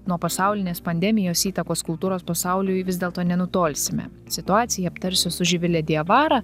nuo pasaulinės pandemijos įtakos kultūros pasauliui vis dėlto nenutolsime situaciją aptarsiu su živile diavara